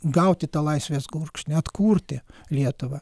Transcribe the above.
gauti tą laisvės gurkšnį atkurti lietuvą